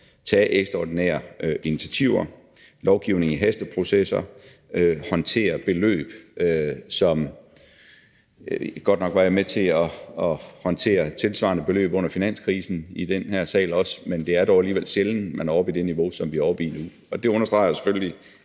tage ekstraordinære initiativer – lovgive i hasteprocesser, håndtere beløb på det her niveau. Godt nok var jeg i den her sal også med til at håndtere tilsvarende beløb under finanskrisen, men det er dog alligevel sjældent, at man er oppe i det niveau, som vi er oppe i nu. Det understreger jo selvfølgelig